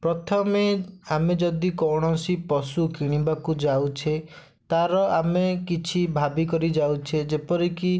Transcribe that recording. ପ୍ରଥମେ ଆମେ ଯଦି କୌଣସି ପଶୁ କିଣିବାକୁ ଯାଉଛେ ତା'ର ଆମେ କିଛି ଭାବିକରି ଯାଉଛେ କି ଯେପରିକି